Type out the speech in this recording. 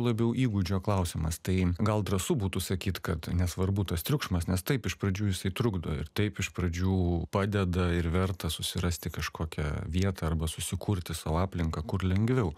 labiau įgūdžio klausimas tai gal drąsu būtų sakyt kad nesvarbu tas triukšmas nes taip iš pradžių jisai trukdo ir taip iš pradžių padeda ir verta susirasti kažkokią vietą arba susikurti sau aplinką kur lengviau